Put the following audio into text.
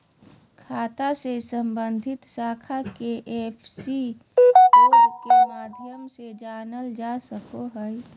खाता से सम्बन्धित शाखा के आई.एफ.एस.सी कोड के माध्यम से जानल जा सक हइ